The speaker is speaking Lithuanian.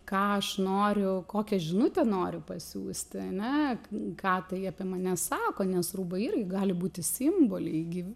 ką aš noriu kokią žinutę noriu pasiųsti ane ką tai apie mane sako nes rūbai ir gali būti simboliai gyv